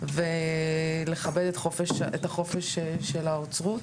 ולכבד את החופש של האוצרות.